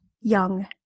young